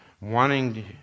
wanting